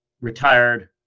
retired